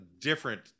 different